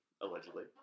allegedly